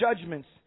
judgments